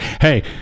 Hey